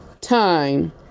time